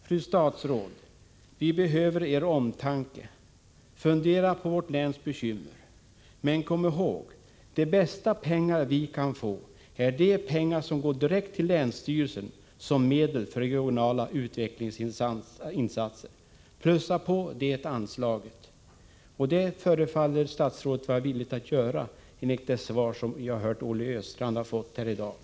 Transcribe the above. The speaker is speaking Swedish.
Fru statsråd! Vi behöver er omtanke. Fundera på vårt läns bekymmer! Men kom ihåg att de bästa pengar vi kan få är de pengar som går direkt till länsstyrelsen som medel för regionala utvecklingsinsatser! Plussa på det anslaget! Statsrådet förefaller vara villig att göra det, enligt det svar som Olle Östrand har fått här i dag.